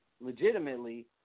legitimately